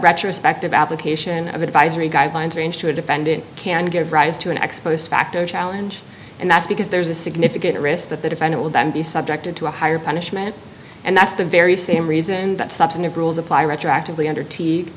retrospective application of advisory guidelines range to a defendant can give rise to an ex post facto challenge and that's because there's a significant risk that the defendant will be subjected to a higher punishment and that's the very same reason that substantive rules apply retroactively under t